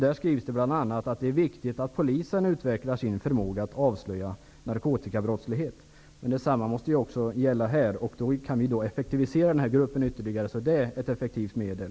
Där står bl.a. att det är viktigt att polisen utvecklar sin förmåga att avslöja narkotikabrottslighet. Men detsamma måste ju också gälla här. Kan vi då effektivisera gruppens arbete ytterligare är detta ett verksamt medel.